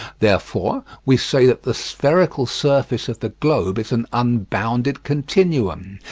therefore we say that the spherical surface of the globe is an unbounded continuum.